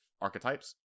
archetypes